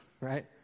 Right